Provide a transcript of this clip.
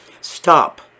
stop